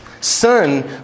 Son